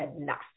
enough